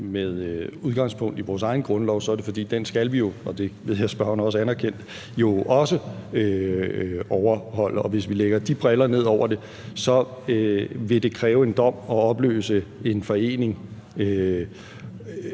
med udgangspunkt i vores egen grundlov, så er det, fordi den skal vi jo, og det ved jeg spørgeren også anerkendte, også overholde, og hvis vi lægger de briller ned over det, vil det kræve en dom at opløse en forening,